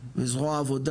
מזרוע העבודה